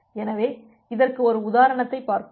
எனவே இதற்கு ஒரு உதாரணத்தைப் பார்ப்போம்